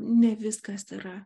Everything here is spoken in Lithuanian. ne viskas yra